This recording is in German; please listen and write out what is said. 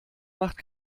macht